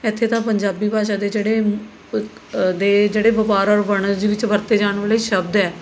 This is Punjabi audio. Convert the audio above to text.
ਇੱਥੇ ਤਾਂ ਪੰਜਾਬੀ ਭਾਸ਼ਾ ਦੇ ਜਿਹੜੇ ਦੇ ਜਿਹੜੇ ਵਪਾਰ ਔਰ ਵਣਜ ਵਿੱਚ ਵਰਤੇ ਜਾਣ ਵਾਲੇ ਸ਼ਬਦ ਹੈ